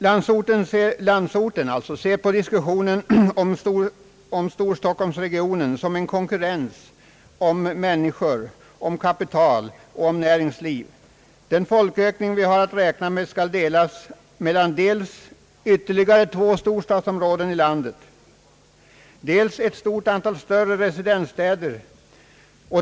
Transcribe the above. Landsorten ser på diskussionen om storstockholmsregionen som en konkurrens om människor, om kapital, om näringsliv. Den folkökning vi har att räkna med skall delas mellan dels ytterligare två storstadsområden i landet, dels ett stort antal större residensstäder.